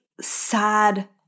sad